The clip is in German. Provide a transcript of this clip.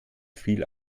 viel